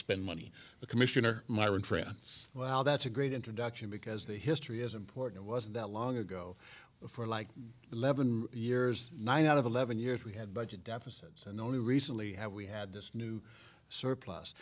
spend money the commissioner myron france well that's a great introduction because the history is important wasn't that long ago for like eleven years nine out of eleven years we had budget deficits and only recently have we had this new surplus